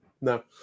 no